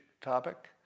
topic